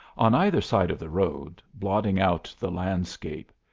on either side of the road, blotting out the landscape,